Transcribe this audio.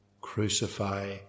Crucify